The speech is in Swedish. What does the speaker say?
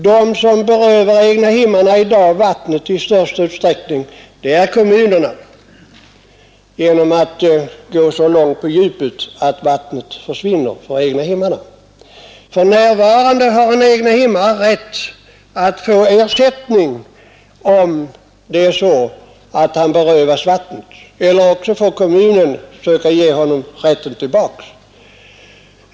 De som i dag berövar egnahemsägarna vatten i den största utsträckningen är kommunerna, genom att gå så långt på djupet att vattnet försvinner för egnahemsägarna. För närvarande har en egnahemsägare rätt till ersättning om han berövas vattnet eller också får kommunen försöka ge honom vattnet tillbaka.